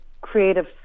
creative